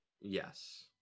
yes